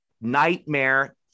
nightmare